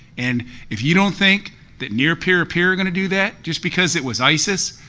and if you don't think that near-peer or peer are going to do that, just because it was isis,